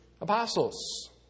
apostles